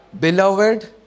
Beloved